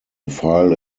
file